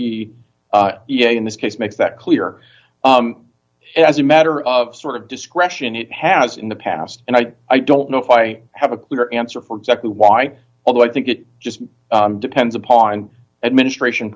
easy yet in this case makes that clear as a matter of sort of discretion it has in the past and i i don't know if i have a clear answer for exactly why although i think it just depends upon administration